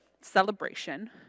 celebration